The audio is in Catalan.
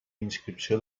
inscripció